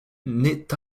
naît